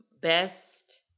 best